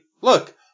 look